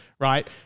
right